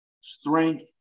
strength